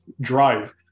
drive